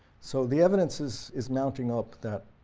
so the evidence is is mounting up that